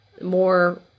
more